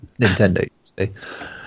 Nintendo